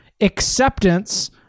acceptance